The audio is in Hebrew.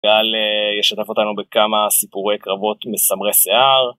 גל ישתף אותנו בכמה סיפורי קרבות מסמרי שיער.